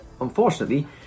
unfortunately